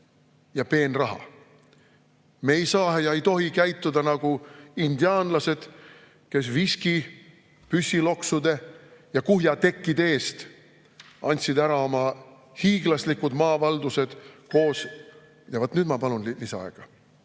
ja peenraha. Me ei saa ja ei tohi käituda nagu indiaanlased, kes viski, püssiloksude ja kuhja tekkide eest andsid ära oma hiiglaslikud maavaldused koos... Vaat nüüd ma palun lisaaega.